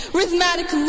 Rhythmatic